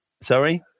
Sorry